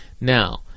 Now